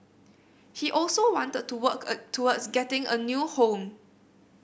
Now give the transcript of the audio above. he also wanted to work a towards getting a new home